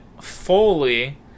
fully